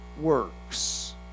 works